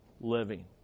living